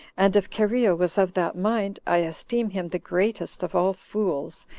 and if cherea was of that mind, i esteem him the greatest of all fools,